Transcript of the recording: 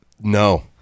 no